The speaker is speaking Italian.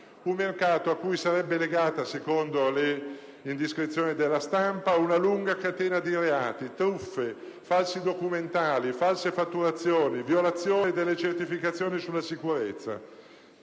un mercato a cui sarebbe legata, secondo le indiscrezioni della stampa, una lunga catena di reati, truffe, falsi documentali, false fatturazioni, violazioni delle certificazioni sulla sicurezza.